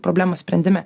problemos sprendime